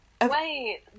Wait